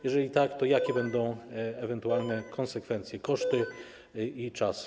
Jeżeli tak, to jakie będą ewentualne konsekwencje, koszty i czas?